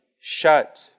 shut